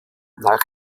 nach